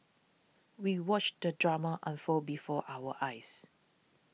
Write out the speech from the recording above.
we watched the drama unfold before our eyes